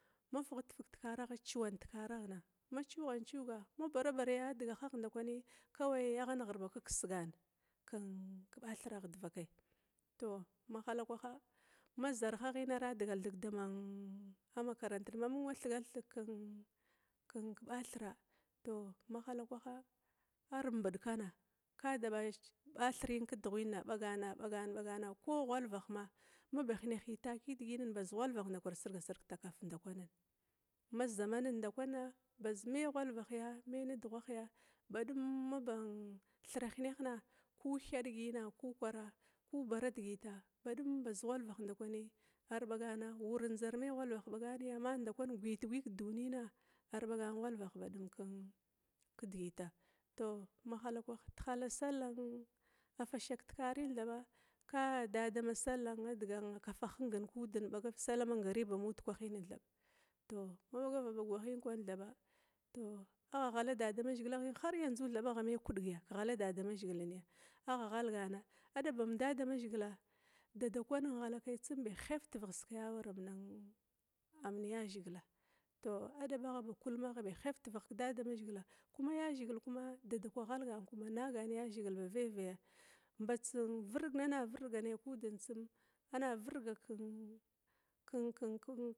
Ma fighifig tekara agha cuwant kekara, ma cighant cugama bara bara yadihahgha ndakwi, kawai agha nighaghir bak kisgan agha ba thiragh divakai, mahala kwaha mazarha ghin ara digal dama makaranta mamung wa thigal thig kebathira tehalakwaha ar mbithkana ka da bathirin kedughina ka bagana, bagana ko ba ghwavahma maba hinehin taki baga nidiginin bazghwalvah ma ar bagana ma zamanin ndakwanna badum mai ghwalvahya me nudughahya badum maba thirahinehna kanju ba thadigna ku bara digita badum baz ghwalvah ndikwi bagana, wurna ndzar mayi ghwalvah bagani amma ndakwanna guyit gwigig duniya ar bagana ghwalvah badum kidigita, tou mahalakwaha tehala salla fashak tekara ka da damang sallan adigan hinga kudin bagav sallah mangariba amuda kwahina, tou mabagava bag wahina kwana agha ghala damzhigila haryaizu thaba agha mai kudgi kehala damazhigilni adaba amm dadamazhigil thaba dadakwan ghala kai tsum ba hett dekaya tivighkiskai awaramana am yazhigila, tou adaba agha ba heff tivigh kiyazhigila, kuma yazhghila kuma nagana kedadakwa ghalgana baveve mbats virdiga ina virdiga nai kudin tsum ina virdiga ken ken.